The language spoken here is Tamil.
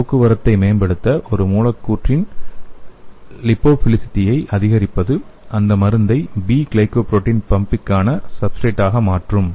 போக்குவரத்தை மேம்படுத்த ஒரு மூலக்கூறின் லிபோபிலிசிட்டியை அதிகரிப்பது அந்த மருந்தை பி கிளைகோபுரோட்டீன் பம்பிற்கான சப்ஸ்ட்ரேட் ஆக மாற்றும்